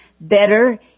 better